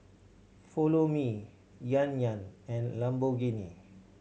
Follow Me Yan Yan and Lamborghini